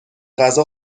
غذا